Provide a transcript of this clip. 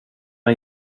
med